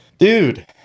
Dude